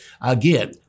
again